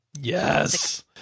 Yes